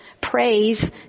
Praise